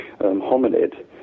hominid